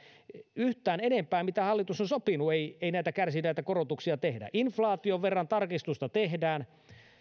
yhtään enempää kuin hallitus on sopinut ei ei kärsi näitä korotuksia tehdä inflaation verran tarkistusta tehdään